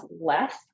less